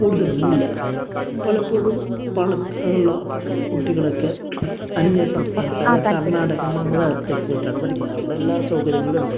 കൂടുതലൊന്നുമില്ല പലപ്പോഴും പണം ഉള്ള കുട്ടികളൊക്കെ അന്യ സംസ്ഥാനത്ത് അതായത് കർണ്ണാടക മംഗലാപുരത്തൊക്കെ പോയിട്ടാണ് പഠിക്കുന്നത് അവിടെ എല്ലാ സൗകര്യങ്ങളും ഉണ്ട്